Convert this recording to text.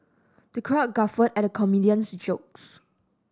the crowd guffawed at the comedian's jokes